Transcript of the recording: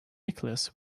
nicholas